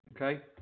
Okay